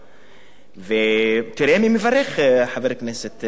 תראה מי מברך, חבר הכנסת דנון, תראה מי מברך.